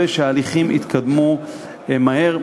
אני מקווה שההליכים יתקדמו מהר,